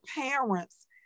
parents